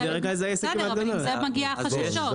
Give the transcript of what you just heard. אז --- אז עם זה מגיעות החששות.